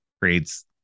creates